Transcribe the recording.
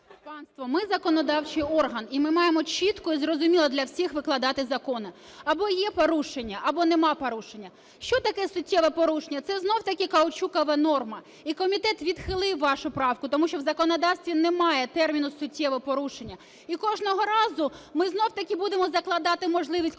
ми законодавчий орган, і ми маємо чітко і зрозуміло для всіх викладати закони – або є порушення, або немає порушення. Що таке суттєве порушення? Це знову-таки "каучукова" норма. І комітет відхилив вашу правку, тому що в законодавстві немає терміну "суттєве порушення". І кожного разу ми знову-таки будемо закладати можливість корупційних